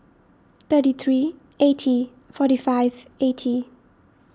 thirty three eighty forty five eighty